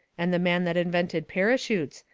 and the man that invented parachutes.